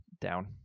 down